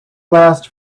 last